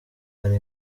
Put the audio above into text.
hari